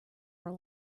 more